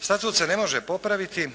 Statut se ne može popraviti